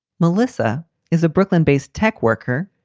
melissa is a brooklyn based tech worker.